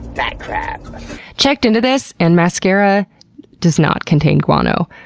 bat crap. i checked into this, and mascara does not contain guano.